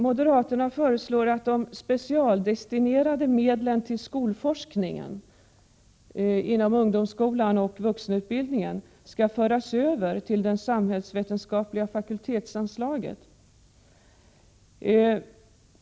Moderaterna föreslår att de specialdestinerade medlen till skolforskning inom ungdomsskolan och vuxenutbildningen skall föras över till det samhällsvetenskapliga fakultetsanslaget.